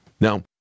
Now